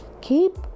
keep